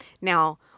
Now